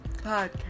podcast